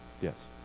yes